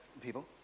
people